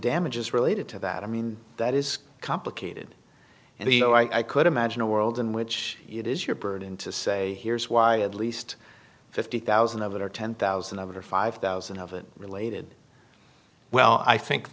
damage is related to that i mean that is complicated and you know i could imagine a world in which it is your burden to say here's why at least fifty thousand over ten thousand over five thousand of it related well i think